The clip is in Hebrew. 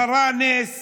קרה נס